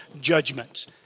judgments